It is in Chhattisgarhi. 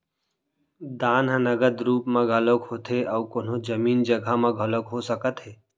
दान ह नगद रुप म घलोक होथे अउ कोनो जमीन जघा म घलोक हो सकत हे